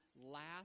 last